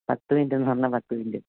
പത്ത് മിനിറ്റെന്ന് പറഞ്ഞാല് പത്ത് മിനിറ്റ്